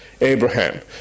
Abraham